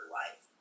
life